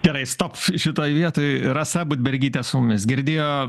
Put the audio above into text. gerai stop šitoj vietoj rasa budbergytė su mumis girdėjo